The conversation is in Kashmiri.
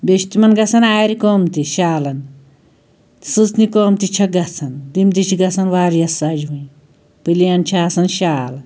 بیٚیہِ چھِ تِمَن گژھان آرِ کٲم تہِ شالَن سٕژنہِ کٲم تہِ چھَکھ گژھان تِم تہِ چھِ گژھان واریاہ سَجوٕنۍ پٕلین چھِ آسان شال